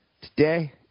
Today